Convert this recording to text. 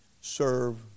serve